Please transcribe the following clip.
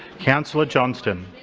councillor johnston